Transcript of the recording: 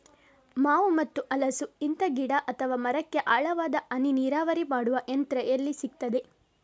ಮಾವು ಮತ್ತು ಹಲಸು, ಇಂತ ಗಿಡ ಅಥವಾ ಮರಕ್ಕೆ ಆಳವಾದ ಹನಿ ನೀರಾವರಿ ಮಾಡುವ ಯಂತ್ರ ಎಲ್ಲಿ ಸಿಕ್ತದೆ?